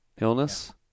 illness